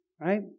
right